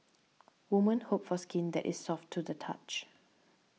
woman hope for skin that is soft to the touch